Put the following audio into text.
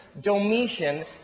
Domitian